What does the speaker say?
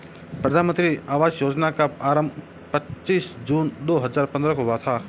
प्रधानमन्त्री आवास योजना का आरम्भ पच्चीस जून दो हजार पन्द्रह को हुआ था